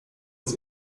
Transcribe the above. des